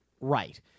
Right